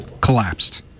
Collapsed